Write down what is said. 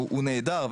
הוא נהדר,